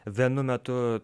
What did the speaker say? vienu metu